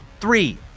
Three